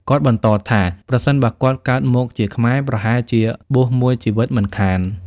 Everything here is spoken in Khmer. គាត់បន្តថាប្រសិនបើគាត់កើតមកជាខ្មែរ ប្រហែលជាបួសមួយជីវិតមិនខាន។